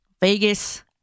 Vegas